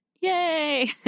yay